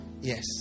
yes